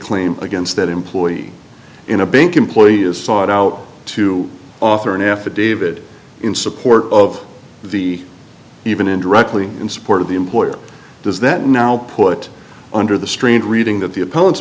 claim against that employee in a bank employee is sought out to author an affidavit in support of the even indirectly in support of the employer does that now put under the strained reading that the opponents